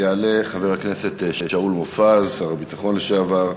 יעלה חבר הכנסת שאול מופז, שר הביטחון לשעבר.